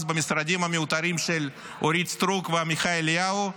במשרדים המיותרים של אורית סטרוק ועמיחי אליהו,